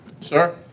Sir